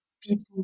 people